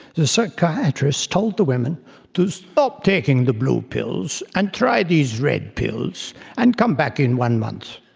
the psychiatrist told the woman to stop taking the blue pills and try these red pills and come back in one month.